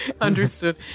Understood